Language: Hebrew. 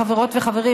חברות וחברים,